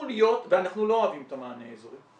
ואנחנו לא אוהבים את המענה האזורי.